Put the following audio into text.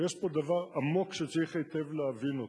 ויש פה דבר עמוק שצריך היטב להבין אותו: